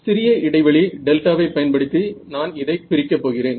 சிறிய இடைவெளி டெல்டாவை பயன்படுத்தி நான் இதை பிரிக்க போகிறேன்